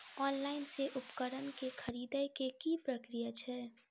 Online मे उपकरण केँ खरीदय केँ की प्रक्रिया छै?